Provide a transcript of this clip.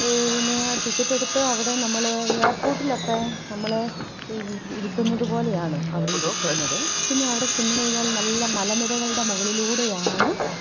പിന്നെ ടിക്കറ്റ് എടുത്ത് അവിടെ നമ്മൾ എയർപോർട്ടിലൊക്കെ നമ്മളെ ഇരുത്തുന്നതു പോലെയാണ് അവിടെ ഇരുത്തുന്നത് പിന്നെ അവിടെ ചെന്നുകഴിഞ്ഞാൽ നല്ല മലനിരകളുടെ മുകളിലൂടെയാണ്